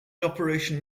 operation